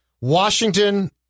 Washington